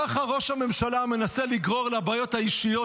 ככה ראש הממשלה מנסה לגרור לבעיות האישיות